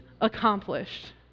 accomplished